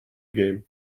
game